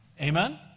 Amen